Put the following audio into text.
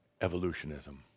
evolutionism